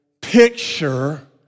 picture